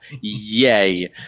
Yay